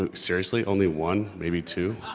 ah seriously? only one? maybe two?